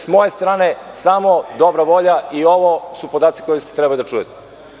Sa moje strane samo dobra volja i ovo su podaci koje ste trebali da čujete.